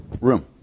room